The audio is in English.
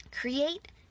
create